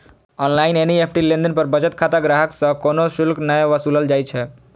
online NEFT लेनदेन पर बचत खाता ग्राहक सं कोनो शुल्क नै वसूलल जाइ छै